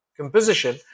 composition